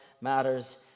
matters